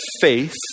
faith